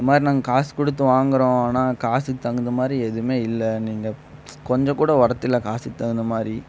இந்த மாதிரி நாங்கள் காசு கொடுத்து வாங்குகிறோம் ஆனால் காசுக்கு தகுந்த மாதிரி எதுவுமே இல்லை நீங்கள் கொஞ்சம் கூட ஒர்த்து இல்லை காசுக்கு தகுந்த மாதிரி